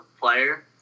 player